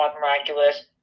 miraculous